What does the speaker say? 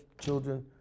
children